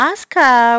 Oscar